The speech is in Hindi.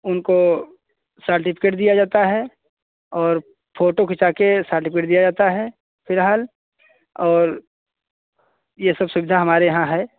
उनको सार्टिफिकेट दिया जाता है और फोटो खिंचा के सार्टिफिकेट दिया जाता है फिलहाल और ये सब सुविधा हमारे यहाँ है